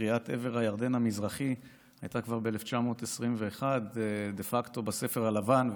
קביעת עבר הירדן המזרחי הייתה כבר ב-1921 בספר הלבן,